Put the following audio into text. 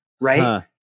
right